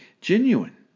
genuine